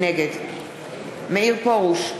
נגד מאיר פרוש,